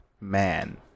man